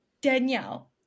Danielle